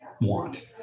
want